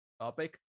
topic